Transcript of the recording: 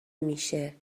میشه